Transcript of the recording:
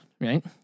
right